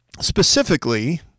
specifically